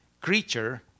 creature